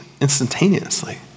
instantaneously